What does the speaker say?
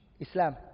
Islam